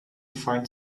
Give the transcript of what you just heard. find